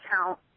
account